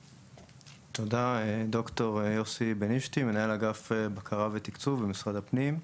מנהל אגף בקרה ותקצוב במשרד הפנים.